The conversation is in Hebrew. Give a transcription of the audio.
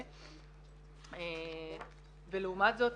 ולעומת זאת,